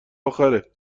آخره